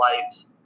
lights